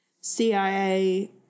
CIA